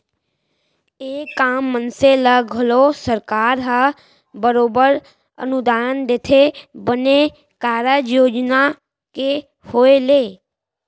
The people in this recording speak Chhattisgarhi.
एक आम मनसे ल घलौ सरकार ह बरोबर अनुदान देथे बने कारज योजना के होय ले